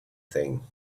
thing